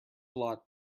lot